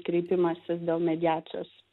kreipimasis dėl mediacijos